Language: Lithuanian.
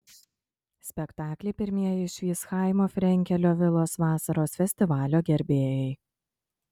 spektaklį pirmieji išvys chaimo frenkelio vilos vasaros festivalio gerbėjai